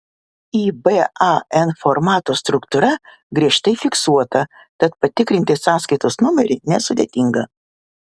iban formato struktūra griežtai fiksuota tad patikrinti sąskaitos numerį nesudėtinga